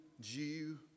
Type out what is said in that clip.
Jew